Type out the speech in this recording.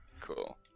cool